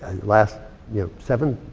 last you know, seven